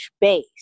base